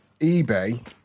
eBay